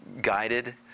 guided